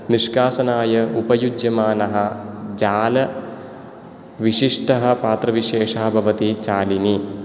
निश्कासनाय उपयुज्यमानः जालविशिष्टः पात्रविशेषः भवति चालिनी